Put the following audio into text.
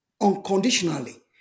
unconditionally